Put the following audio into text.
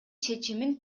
чечимин